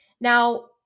Now